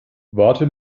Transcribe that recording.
warte